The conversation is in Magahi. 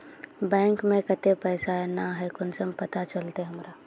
बैंक में केते पैसा है ना है कुंसम पता चलते हमरा?